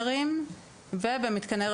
אנחנו ממש לפני הקיץ ואנחנו כבר מתחילים לשמוע על